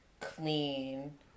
clean